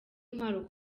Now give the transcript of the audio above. intwaro